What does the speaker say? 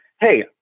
hey